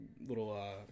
little